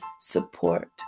support